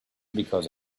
because